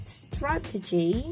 strategy